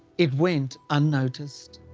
it went unnoticed.